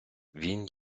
він